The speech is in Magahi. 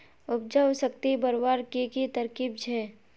उपजाऊ शक्ति बढ़वार की की तरकीब छे?